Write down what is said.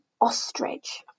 ostrich